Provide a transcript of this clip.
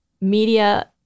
media